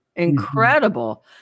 Incredible